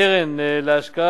קרן להשקעה